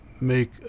make